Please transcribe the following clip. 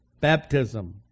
Baptism